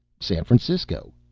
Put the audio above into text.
san francisco.